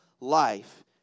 life